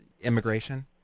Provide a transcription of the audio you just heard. immigration